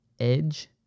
Edge